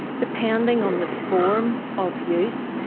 depending on the form of use,